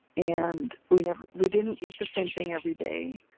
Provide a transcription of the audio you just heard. and we we didn't eat the same thing every day,